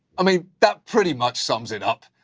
i mean, that pretty much sums it up.